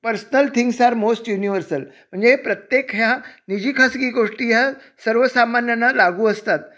personal things are most universal म्हणजे प्रत्येक ह्या निजी खासगी गोष्टी ह्या सर्वसामान्यांना लागू असतात